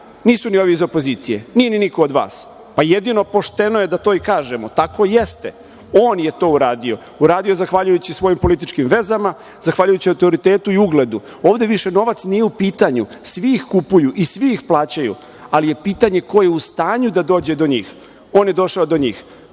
nisu ni ovi iz opozicije, nije ni niko od vas. Pa jedino pošteno je da to i kažemo. Tako jeste. On je to uradio, uradio je zahvaljujući svojim političkim vezama, zahvaljujući autoritetu i ugledu. Ovde više novac nije u pitanju. Svi ih kupuju i svi ih plaćaju, ali je pitanje ko je u stanju da dođe do njih. On je došao do njih.